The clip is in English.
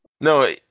No